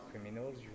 criminals